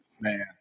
Man